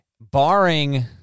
Barring